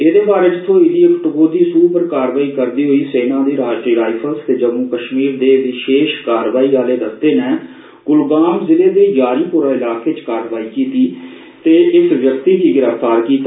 इसदे बारे थ्होई दी इक टकोदी सूह पर कारवाई करदे होई सेना दी राश्ट्रीय राईफल्स ते जम्मू कश्मीर दे विशेष कारवाई दस्ते कुलगाम जिले दे यारीपोरा इलाके च कारवाई कीती ते इस व्यक्ति गी गिरफ्तार कीता